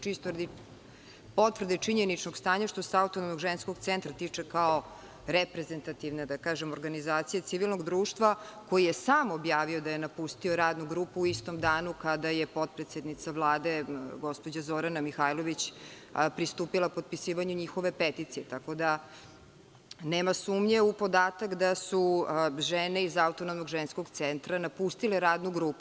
Čisto radi potvrde činjeničnog stanja, što se Autonomnog ženskog centra tiče kao reprezentativne organizacije civilnog društva koji je sam objavio da je napustio radnu grupu u istom danu kada je potpredsednica Vlade, gospođa Zorana Mihajlović pristupila potpisivanju njihove peticije, tako da nema sumnje u podatak da su žene iz Autonomnog ženskog centra napustile radnu grupu.